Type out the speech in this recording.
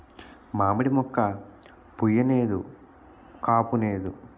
మావిడి మోక్క పుయ్ నేదు కాపూనేదు